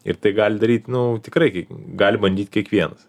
ir tai gali daryt nu tikrai gali bandyt kiekvienas